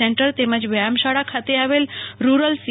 C તેમજ વ્યાયામ શાળા ખાતે આવેલ રૂરલ સી